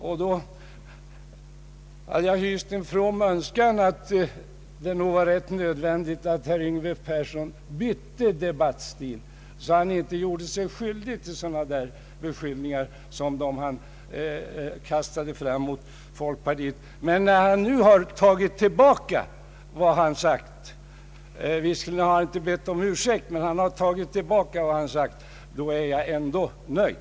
Jag har hyst en from önskan om att herr Yngve Persson skulle byta debattstil, så att han inte gör sig skyldig till sådana beskyllningar som han kastade fram mot folkpartiet. Visserligen har herr Persson inte bett om ursäkt, men när han nu tagit tillbaka vad han sagt är jag ändå nöjd.